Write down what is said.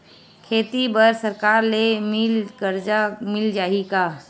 खेती बर सरकार ले मिल कर्जा मिल जाहि का?